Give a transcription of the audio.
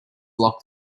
block